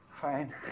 Fine